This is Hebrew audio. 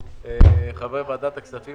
חברי ועדת הכספים